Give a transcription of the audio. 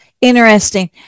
Interesting